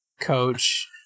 Coach